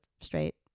straight